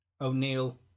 O'Neill